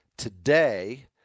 Today